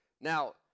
Now